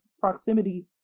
proximity